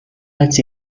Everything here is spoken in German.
als